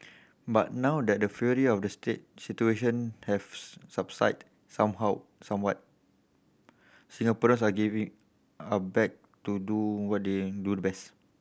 but now that the fury of the situation have subsided somehow somewhat Singaporeans are giving are back to do what they do the best